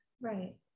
Right